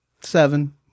seven